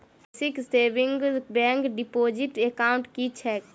Basic savings bank deposit account की छैक?